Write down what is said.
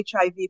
HIV